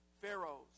pharaohs